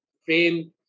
Frame